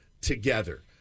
together